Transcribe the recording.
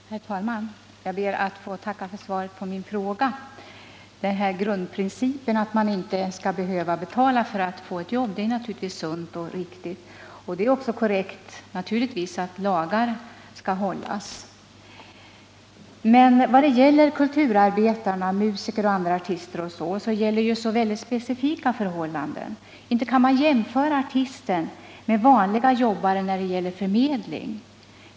Herr talman! Jag ber att få tacka för svaret på min fråga. Grundprincipen att man inte skall behöva betala för att få jobb är naturligtvis sund och riktig. Och det är naturligtvis också korrekt att lagar skall följas. Men för kulturarbetarna — musiker och andra artister — är det väldigt specifika förhållanden som råder. Inte kan man jämföra artisten med en . vanlig jobbare när det gäller förmedling!